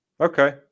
Okay